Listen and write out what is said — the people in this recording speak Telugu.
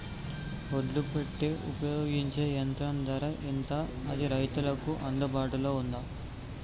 ఒడ్లు పెట్టే ఉపయోగించే యంత్రం ధర ఎంత అది రైతులకు అందుబాటులో ఉందా?